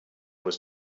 was